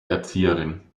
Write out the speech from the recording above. erzieherin